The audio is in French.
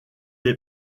est